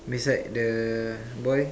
beside the boy